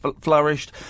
flourished